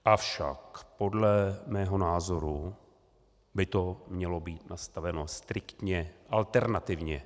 Avšak podle mého názoru by to mělo být nastaveno striktně alternativně.